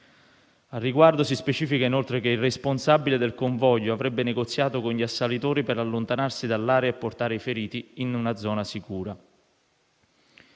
Al riguardo, si specifica inoltre che il responsabile del convoglio avrebbe negoziato con gli assalitori per allontanarsi dall'area e portare i feriti in una zona sicura.